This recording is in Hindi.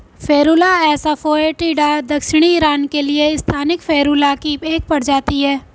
फेरुला एसा फोएटिडा दक्षिणी ईरान के लिए स्थानिक फेरुला की एक प्रजाति है